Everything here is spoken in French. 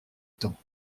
temps